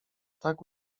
tak